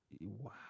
Wow